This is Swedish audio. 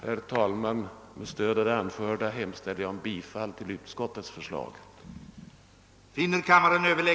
Herr talman! Med stöd av det anförda hemställer jag om bifall till utskottets förslag.